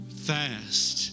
fast